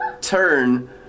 turn